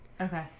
Okay